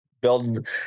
build